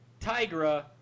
Tigra